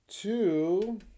Two